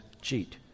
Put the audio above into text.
cheat